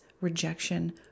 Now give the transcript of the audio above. rejection